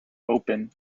open